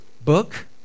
book